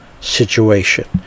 situation